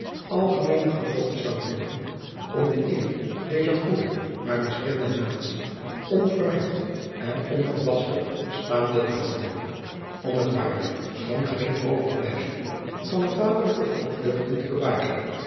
algemeener gepoogd zou worden om de eer dezer goede maar miskende natie onvermengd en onverbasterd staande te houden om het waardig schoon gering overblijfsel van de vaderlijke volksdeugden te bewaren